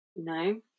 No